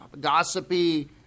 gossipy